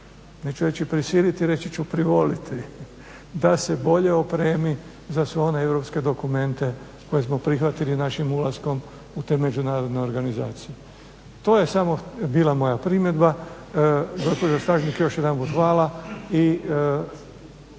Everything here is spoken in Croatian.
neću reći prisiliti reći ću privoliti, da se bolje opremi za sve one europske dokumente koje smo prihvatili našim ulaskom u te međunarodne organizacije. To je bila samo moja primjedba. Gospođo STažnik još jedanput hvala